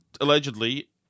allegedly